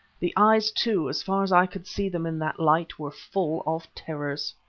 the eyes, too, as far as i could see them in that light, were full of terrors.